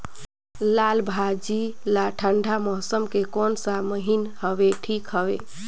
लालभाजी ला ठंडा मौसम के कोन सा महीन हवे ठीक हवे?